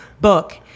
book